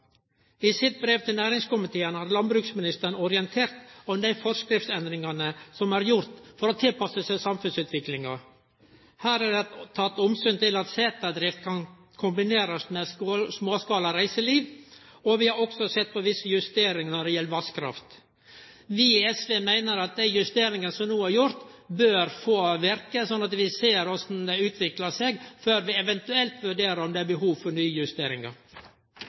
I sitt brev til næringskomiteen har landbruksministeren orientert om dei forskriftsendringane som er gjorde for å tilpasse seg samfunnsutviklinga. Her er det teke omsyn til at seterdrift kan kombinerast med småskala reiseliv, og vi har også sett på visse justeringar når det gjeld vasskraft. Vi i SV meiner at dei justeringane som no er gjorde, bør få verke, sånn at vi ser korleis det utviklar seg før vi eventuelt vurderer om det er behov for nye justeringar.